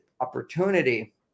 opportunity